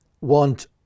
want